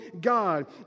God